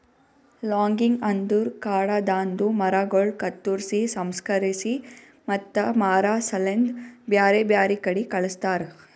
logging ಅಂದುರ್ ಕಾಡದಾಂದು ಮರಗೊಳ್ ಕತ್ತುರ್ಸಿ, ಸಂಸ್ಕರಿಸಿ ಮತ್ತ ಮಾರಾ ಸಲೆಂದ್ ಬ್ಯಾರೆ ಬ್ಯಾರೆ ಕಡಿ ಕಳಸ್ತಾರ